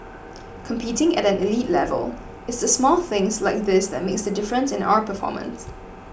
competing at an elite level it's the small things like this that makes the difference in our performance